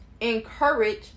encourage